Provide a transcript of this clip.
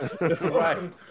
Right